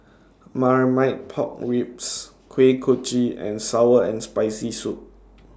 Marmite Pork Ribs Kuih Kochi and Sour and Spicy Soup